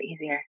easier